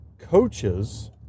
coaches